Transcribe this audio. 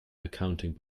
accounting